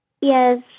Yes